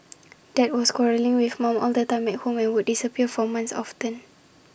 dad was quarrelling with mum all the time at home and would disappear for months often